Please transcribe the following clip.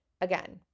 again